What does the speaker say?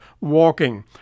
walking